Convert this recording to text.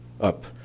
up